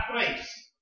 place